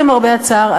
למרבה הצער,